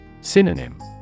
Synonym